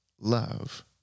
love